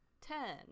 ten